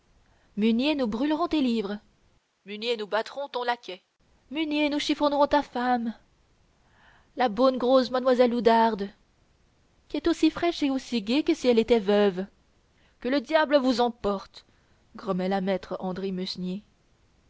musnier nous brûlerons tes livres musnier nous battrons ton laquais musnier nous chiffonnerons ta femme la bonne grosse mademoiselle oudarde qui est aussi fraîche et aussi gaie que si elle était veuve que le diable vous emporte grommela maître andry musnier